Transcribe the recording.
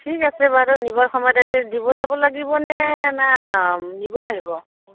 ঠিক আছে বাৰু নিবৰ সময়ত দিব যাব লাগিবনে না নিব আহিব